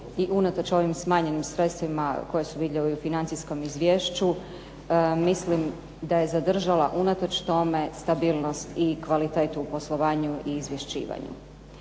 i unatoč ovim smanjenim sredstvima koji su vidljivi u ovom financijskom izvješću, mislim da je zadržala unatoč tome stabilnost i kvalitetu u poslovanju i izvješćivanju.